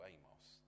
Amos